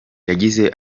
yagize